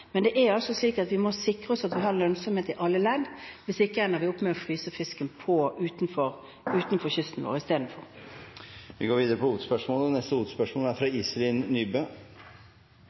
Men det er altså slik at vi må sikre oss at vi har lønnsomhet i alle ledd, hvis ikke ender vi istedenfor opp med å fryse fisken utenfor kysten vår. Vi går videre til neste hovedspørsmål. Mange politikere har opp gjennom årene hatt et stort hjerte og